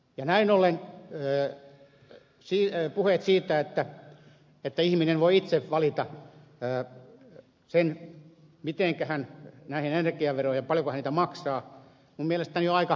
ja näin ollen puheet siitä että ihminen voi itse valita sen miten paljon hän näitä energiaveroja maksaa ovat mielestäni aika katteettomia